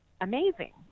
amazing